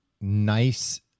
nice